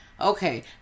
Okay